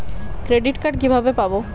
Credit card কিভাবে পাব?